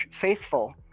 faithful